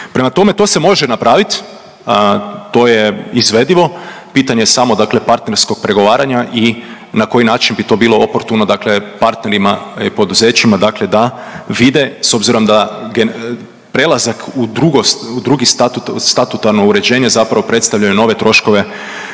Prema tome, to se može napraviti, to je izvedivo. Pitanje samo, dakle partnerskog pregovaranja i na koji način bi to bilo oportuno, dakle partnerima i poduzećima dakle da vide s obzirom da prelazak u drugo statutarno uređenje zapravo predstavljaju nove troškove